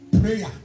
prayer